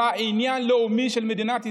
אלא עניין לאומי של מדינת ישראל,